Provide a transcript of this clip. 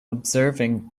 observing